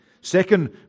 second